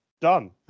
Done